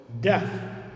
death